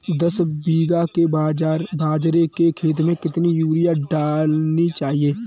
दस बीघा के बाजरे के खेत में कितनी यूरिया डालनी चाहिए?